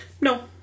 No